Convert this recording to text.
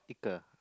一个